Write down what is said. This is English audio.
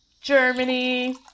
Germany